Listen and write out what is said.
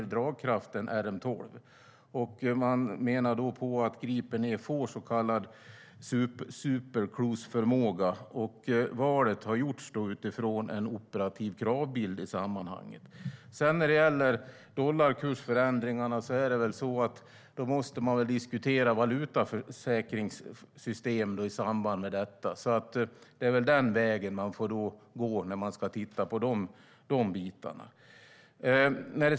Man menar då att Gripen E får så kallad supercruiseförmåga. Valet har gjorts utifrån en operativ kravbild i sammanhanget. När det gäller dollarkursförändringarna är det väl så att man måste diskutera valutaförsäkringssystem i samband med detta. Det är väl den vägen man får gå när man ska titta på de bitarna.